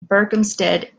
berkhamsted